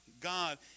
God